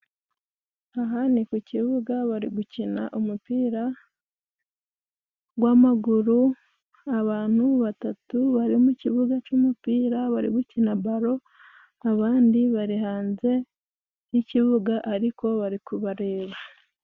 Aha ni ku kibuga bari gukina umupira w'amaguru, abantu batatu bari mu kibuga cy'umupira bari gukina baro, abandi bari hanze yikibuga ariko bari kubareba.